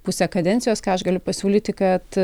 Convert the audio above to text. pusę kadencijos ką aš galiu pasiūlyti kad